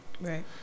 Right